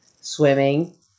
swimming